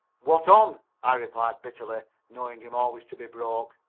what on? i replied bitterly, knowing him always to be broke.